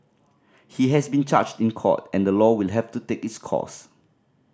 he has been charged in court and the law will have to take its course